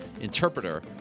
interpreter